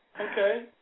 okay